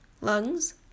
lungs